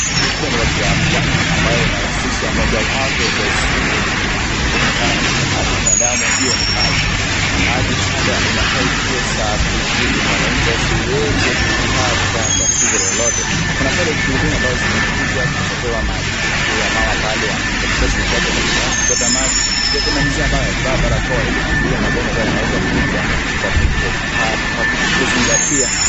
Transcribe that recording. Muktadha ni wa afya ambayo inahusisha mojawapo ya zile vitu muhimu sana katika afya ya binadamu hio ni maji na maji pale inafaa iwe safi ili mwananchi asiweza kupata tatizo lolote. Kuna pale vigurudumu ambazo zimekuja kuchotewa maji. Kuna pia mama pale katika shughuli zake za kutaka kuchota maji. Pia kuna mzee ambaye amevaa barakoa ili kuzuia magonjwa ambayo yanaweza kuja kwa kutozingatia haya.